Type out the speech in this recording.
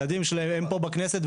הם פה בכנסת,